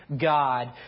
God